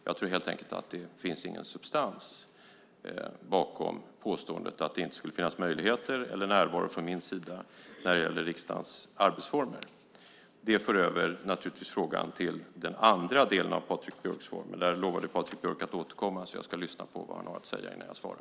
Jag tror helt enkelt att det inte finns någon substans bakom påståendet att det inte skulle finnas möjligheter eller närvaro från min sida när det gäller riksdagens arbetsformer. Det för naturligtvis över frågan till den andra delen av Patrik Björcks frågor. Där lovade Patrik Björck att återkomma, så jag ska lyssna på vad han har att säga innan jag svarar.